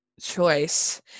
choice